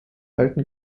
alten